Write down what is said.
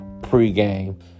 pregame